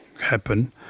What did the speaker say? happen